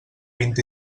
vint